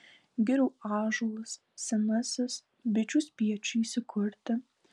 girių ąžuolas senasis bičių spiečiui įsikurti